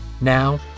Now